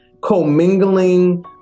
commingling